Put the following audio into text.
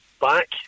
back